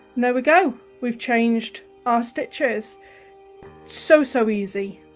there we go we've changed our stitches so so easy?